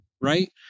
Right